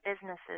businesses